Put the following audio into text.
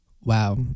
wow